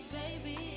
baby